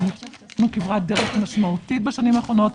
אבל אני חושבת שעשינו כברת דרך משמעותית בשנים האחרונות,